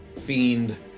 fiend